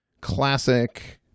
classic